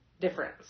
difference